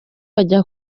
bajya